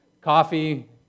coffee